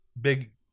big